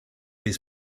his